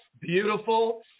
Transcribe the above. beautiful